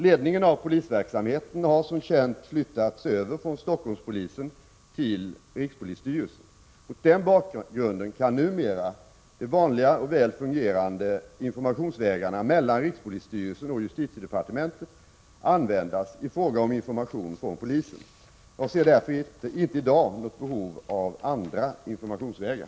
Ledningen av polisverksamheten har, som känt, flyttats över från Stockholmspolisen till rikspolisstyrelsen. Mot denna bakgrund kan numera de vanliga och väl fungerande informationsvägarna mellan rikspolisstyrelsen och justitiedepartementet användas i fråga om information från polisen. Jag ser därför inte i dag något behov av andra informationsvägar.